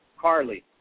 Carly